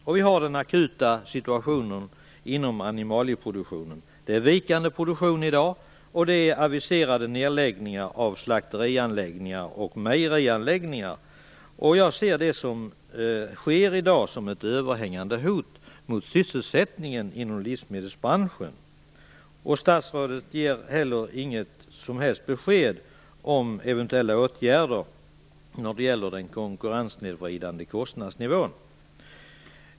Vi har i dag en akut situation inom animalieproduktionen med vikande produktion och aviserade nedläggningar av slakteri och mejerianläggningar. Jag ser det som sker i dag som ett överhängande hot mot sysselsättningen inom livsmedelsbranschen. Statsrådet ger inte heller något som helst besked om eventuella åtgärder när det gäller den konkurrenssnedvridande kostnadsnivån.